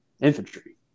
infantry